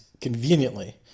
conveniently